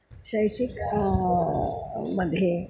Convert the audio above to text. शैक्षिकं मध्ये